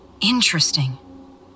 Interesting